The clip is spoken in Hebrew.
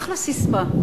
אחלה ססמה.